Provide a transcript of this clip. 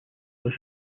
was